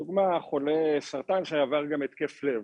דוגמה, חולה סרטן שעבר גם התקף לב,